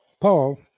Paul